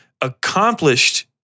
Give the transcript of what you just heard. accomplished